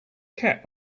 cat